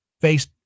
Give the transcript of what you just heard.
face